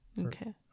okay